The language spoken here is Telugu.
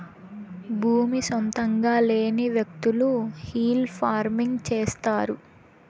భూమి సొంతంగా లేని వ్యకులు హిల్ ఫార్మింగ్ చేస్తారు